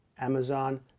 Amazon